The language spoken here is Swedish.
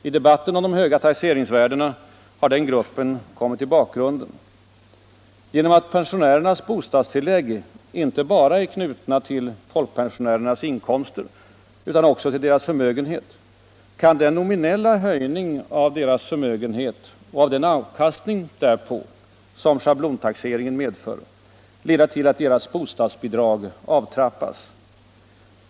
I debatten om de höga taxeringsvärdena har den gruppen kommit i bakgrunden. Genom att pensionärernas bostadstillägg inte bara är knutna till folkpensionärernas inkomster utan också till deras förmögenhet kan den nominella höjningen av deras förmögenhet och av den avkastning därpå som schablontaxeringen medför leda till att deras bostadsbidrag avtrappas.